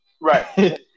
Right